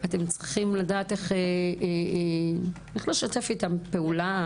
אתם צריכים לדעת איך לשתף אתם פעולה,